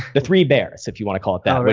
the three bears, if you want to call it that. but